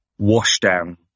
washdown